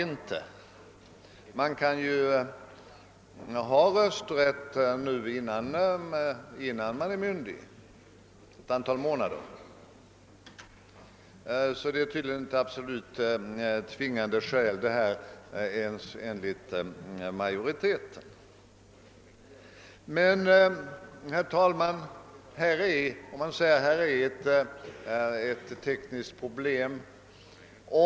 En person kan ju nu ha rösträtt ett antal månader innan han är myndig. Så det anförda är tydligen inte ett absolut tvingande skäl ens enligt majoriteten. Man säger att här finns ett tekniskt problem.